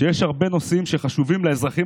שיש הרבה נושאים שחשובים לאזרחים